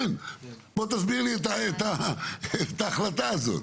בוא תסביר לי את ההחלטה הזאת.